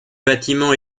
bâtiments